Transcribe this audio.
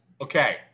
Okay